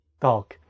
dog